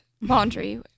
Laundry